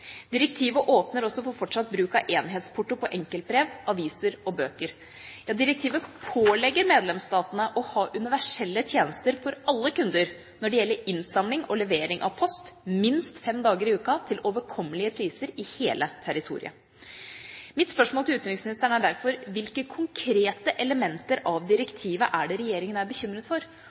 Direktivet åpner også for fortsatt bruk av enhetsporto på enkeltbrev, aviser og bøker. Ja, direktivet pålegger medlemsstatene å ha universelle tjenester for alle kunder når det gjelder innsamling og levering av post, minst fem dager i uka til overkommelige priser i hele territoriet. Mitt spørsmål til utenriksministeren er derfor: Hvilke konkrete elementer av direktivet er det regjeringa er bekymret for,